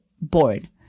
bored